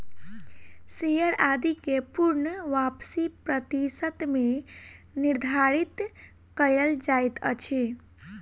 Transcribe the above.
share आदि के पूर्ण वापसी प्रतिशत मे निर्धारित कयल जाइत अछि